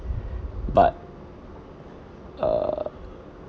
but err